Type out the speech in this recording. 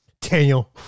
Daniel